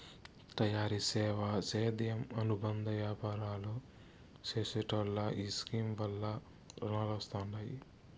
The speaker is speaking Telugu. తయారీ, సేవా, సేద్యం అనుబంద యాపారాలు చేసెటోల్లో ఈ స్కీమ్ వల్ల రునాలొస్తండాయి